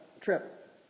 trip